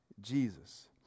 Jesus